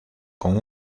con